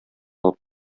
алып